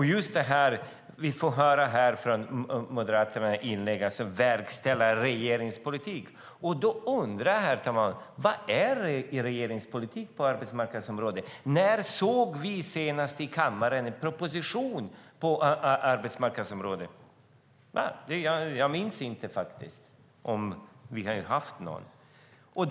När det gäller det här som vi får höra i Moderaternas inlägg om att verkställa regeringens politik undrar jag vad som är regeringens politik på arbetsmarknadsområdet. När såg vi senast en proposition på arbetsmarknadsområdet i kammaren? Jag minns faktiskt inte om vi har haft någon.